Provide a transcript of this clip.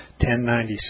1096